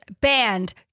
Banned